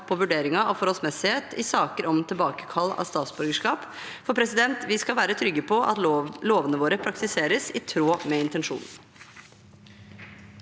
på vurderingen av forholdsmessighet i saker om tilbakekall av statsborgerskap. Vi skal være trygge på at lovene våre praktiseres i tråd med intensjonen.